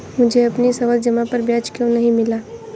मुझे अपनी सावधि जमा पर ब्याज क्यो नहीं मिला?